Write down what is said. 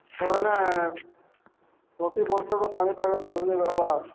କହେଲେ ପ୍ରତିବର୍ଷର ପାଣିପାଗ ଭଲ୍ ନି ରହେବାର୍